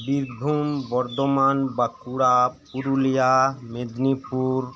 Birbhum Bardhaman Bankura Purulia Medinipur